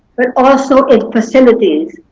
but also in facilities.